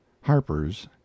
harper's